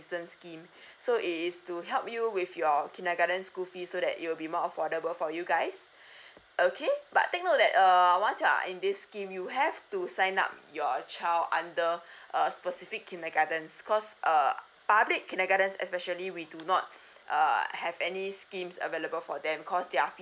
assistance scheme so it is to help you with your kindergarten school fee so that it will be more affordable for you guys okay but take note that err once you are in this scheme you have to sign up your child under a specific kindergartens cause uh public kindergartens especially we do not uh have any schemes available for them cause their fees